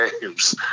games